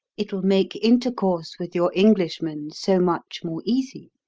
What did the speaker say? it'll make intercourse with your englishmen so much more easy.